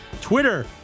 Twitter